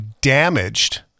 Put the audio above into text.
damaged